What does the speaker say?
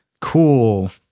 Cool